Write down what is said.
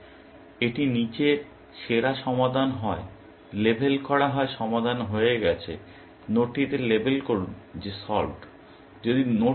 যদি এটি নীচের সেরা সমাধান হয় লেবেল করা হয় সমাধান হয়ে গেছে নোডটিতে লেবেল করুন যে সল্ভড